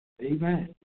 Amen